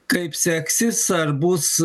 kaip seksis ar bus